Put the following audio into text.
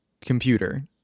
computer